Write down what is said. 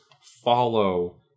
follow